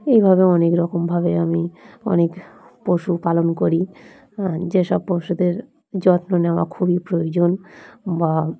এইভাবে অনেক রকমভাবে আমি অনেক পশুপালন করি হ্যাঁ যেসব পশুদের যত্ন নেওয়া খুবই প্রয়োজন বা